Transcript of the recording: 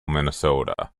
minnesota